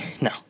no